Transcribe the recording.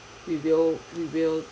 we will we will